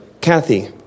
Kathy